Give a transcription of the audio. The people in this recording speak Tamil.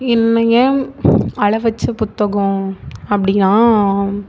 என்னைய அழவச்ச புத்தகம் அப்படின்னா